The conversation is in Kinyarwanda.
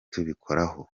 tubikoraho